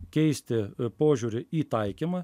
keisti požiūrį į taikymą